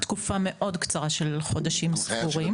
תקופה מאוד קצרה של חודשים ספורים.